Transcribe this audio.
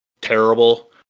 terrible